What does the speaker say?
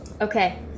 Okay